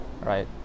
right